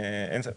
ברור, איזו שאלה.